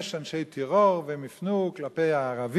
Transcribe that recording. יש אנשי טרור, והם הפנו זאת כלפי הערבים,